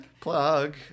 Plug